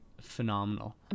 phenomenal